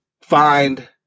find